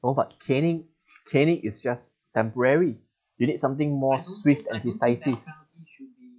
oh but caning caning is just temporary you need something more swift and decisive